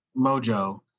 mojo